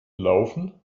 laufen